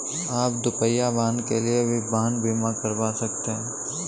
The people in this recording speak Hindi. आप दुपहिया वाहन के लिए भी वाहन बीमा करवा सकते हैं